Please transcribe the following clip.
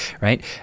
Right